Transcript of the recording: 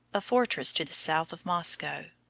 a fortress to the south of moscow.